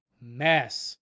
mess